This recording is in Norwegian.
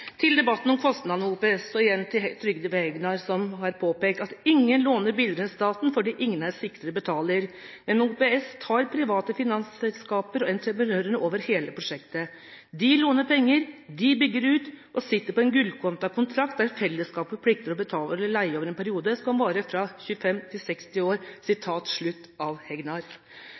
Til debatten om kostnadene ved OPS og igjen til Trygve Hegnar, som har påpekt at «ingen låner billigere enn staten, fordi ingen er en sikrere betaler». Og videre: «Men med OPS tar private finansselskaper og entreprenører over hele prosjektet. De låner pengene. De bygger ut. Og sitter på en gullkantet kontrakt der fellesskapet plikter å betale leie over en periode som kan være fra 25 til 60 år.» Til slutt: